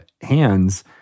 hands